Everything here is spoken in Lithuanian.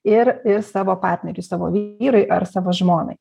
ir ir savo partneriui savo vyrui ar savo žmonai